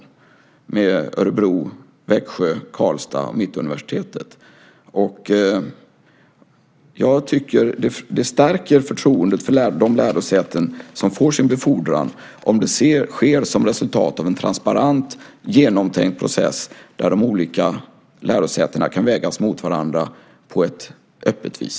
Då gällde det Örebro, Växjö, Karlstad och Mittuniversitetet. Jag tycker att det stärker förtroendet för de lärosäten som får sin befordran om det sker som resultat av en transparent, genomtänkt process där de olika lärosätena kan vägas mot varandra på ett öppet vis.